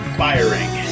firing